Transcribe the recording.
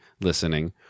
listening